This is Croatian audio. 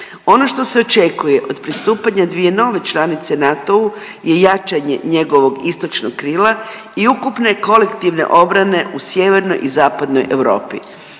Ono što se očekuje od pristupanja 2 nove članice NATO-u je jačanje njegovog istočnog krila i ukupne kolektivne obrane u sjevernoj i zapadnoj Europi.